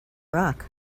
rock